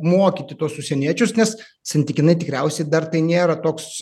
mokyti tuos užsieniečius nes santykinai tikriausiai dar tai nėra toks